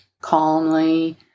calmly